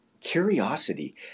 curiosity